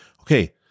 Okay